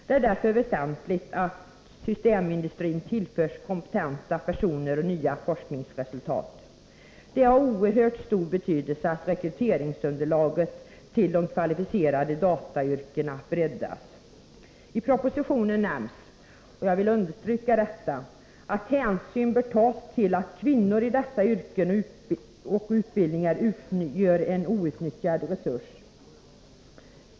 Det är därför väsentligt att systemindustrin tillförs kompetenta personer och nya forskningsresurser. Det är av oerhört stor betydelse att rekryteringsunderlaget till de kvalificerade datayrkena breddas. I propositionen nämns — och jag vill understryka detta — att hänsyn bör tas till att kvinnor i dessa yrken och utbildningar utgör en outnyttjad resurs.